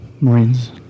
Marines